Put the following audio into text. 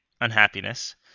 unhappiness